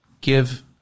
give